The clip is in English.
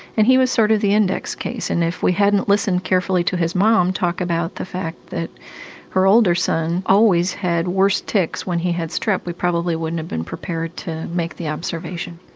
and he was sort of the index case, and if we hadn't listened carefully to his mum talk about the fact that her older son always had worse tics when he had strep, we probably wouldn't have been prepared to make the observation.